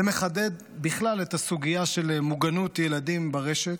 זה מחדד בכלל את הסוגיה של מוגנות ילדים ברשת,